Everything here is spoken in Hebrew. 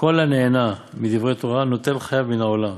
כל הנהנה מדברי תורה, נוטל חייו מן העולם.